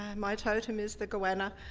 my totem is the goanna.